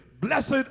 Blessed